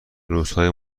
روزهای